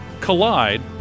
collide